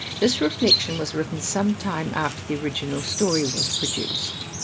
this reflection was written sometime after the original story was produced.